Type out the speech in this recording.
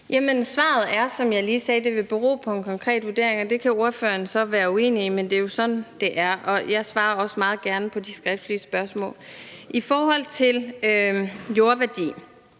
Jamen svaret er, som jeg lige sagde, at det vil bero på en konkret vurdering, og det kan ordføreren så være uenig i, men det er jo sådan, det er. Og jeg svarer også meget gerne på de skriftlige spørgsmål. I forhold til jordværdi